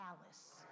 palace